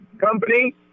company